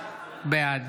בעד